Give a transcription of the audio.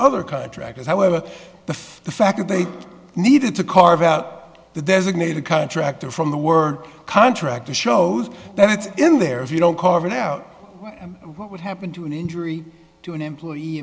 other contractors however the fact that they needed to carve out the designated contractor from the word contractor shows that it's in there if you don't carve it out and what would happen to an injury to an employee